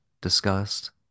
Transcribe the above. discussed